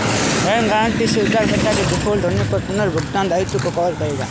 ऋण गारंटी से उधारकर्ता के डिफ़ॉल्ट होने पर पुनर्भुगतान दायित्वों को कवर करेगा